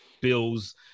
bills